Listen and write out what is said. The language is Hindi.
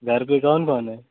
घर पर कौन कौन है